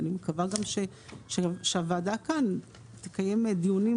ואני מקווה גם שהוועדה כאן תקיים דיונים,